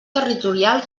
territorial